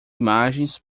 imagens